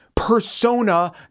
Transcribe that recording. persona